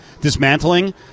dismantling